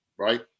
right